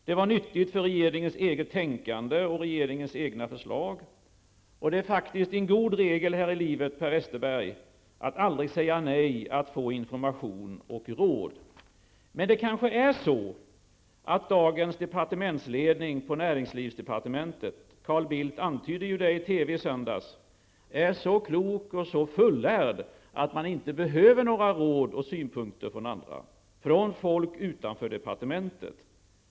Det var nyttigt för regeringens eget tänkande och regeringens egna förslag. Det är en god regel här i livet, Per Westerberg, att aldrig säga nej till att få information och råd. Men det kanske är så att dagens departementsledning på näringsdepartementet -- Carl Bildt antydde det i TV i söndags -- är så klok och så fullärd att man inte behöver några råd och synpunkter från andra, från folk utanför departementet.